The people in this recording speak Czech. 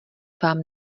vám